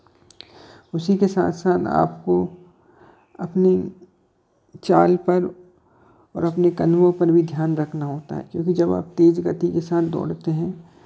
उसी के साथ साथ आपको अपनी चाल पर और अपने कदमों पर भी ध्यान रखना होता है क्योंकि जब आप तेज़ गति के साथ दौड़ते हैं